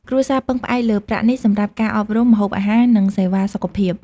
គ្រួសារពឹងផ្អែកលើប្រាក់នេះសម្រាប់ការអប់រំ ម្ហូបអាហារ និងសេវាសុខភាព។